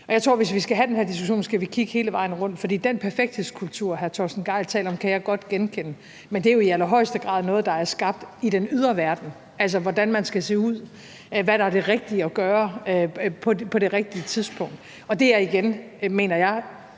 Jeg tror, at vi, hvis vi skal have den her diskussion, skal kigge hele vejen rundt. For den perfekthedskultur, hr. Torsten Gejl taler om, kan jeg godt genkende, men det er jo i allerhøjeste grad noget, der er skabt i den ydre verden, altså hvordan man skal se ud, hvad der er det rigtige at gøre på det rigtige tidspunkt. Det er igen, mener jeg,